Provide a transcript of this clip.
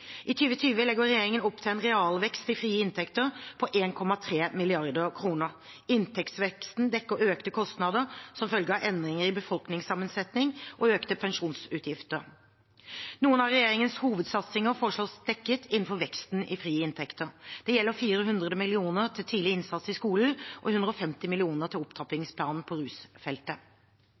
I 2020 legger regjeringen opp til en realvekst i frie inntekter på 1,3 mrd. kr. Inntektsveksten dekker økte kostnader som følge av endringer i befolkningssammensetning og økte pensjonsutgifter. Noen av regjeringens hovedsatsinger foreslås dekket innenfor veksten i frie inntekter. Det gjelder 400 mill. kr til tidlig innsats i skolen og 150 mill. kr til opptrappingsplanen på rusfeltet.